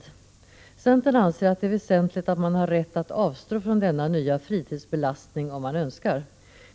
Vi i centern anser att det är väsentligt att man har rätt att avstå från denna nya fritidsbelastning, om man så önskar.